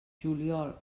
juliol